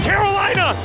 Carolina